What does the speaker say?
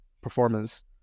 performance